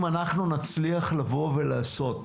אם נצליח לעשות